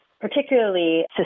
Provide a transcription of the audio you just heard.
particularly